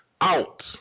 out